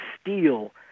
steal